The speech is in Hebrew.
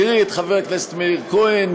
תראי את חבר הכנסת מאיר כהן,